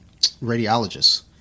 radiologists